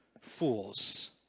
fools